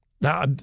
Now